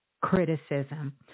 criticism